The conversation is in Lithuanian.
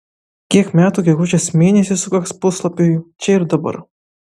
kiek metų gegužės mėnesį sukaks puslapiui čia ir dabar